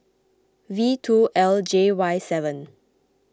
V two L J Y seven